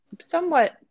somewhat